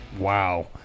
wow